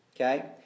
okay